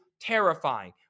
terrifying